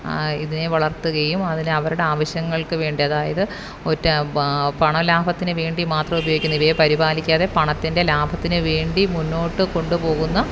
ഇതിനെ വളർത്തുകയും അതിനെ അവരുടെ ആവശ്യങ്ങൾക്ക് വേണ്ടി അതായത് ഒറ്റ പണം ലാഭത്തിന് വേണ്ടി മാത്രം ഉപയോഗിക്കുന്നു ഇവയെ പരിപാലിക്കാതെ പണത്തിൻ്റെ ലാഭത്തിന് വേണ്ടി മുന്നോട്ട് കൊണ്ടുപോകുന്ന